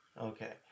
Okay